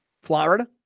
Florida